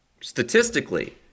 statistically